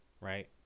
right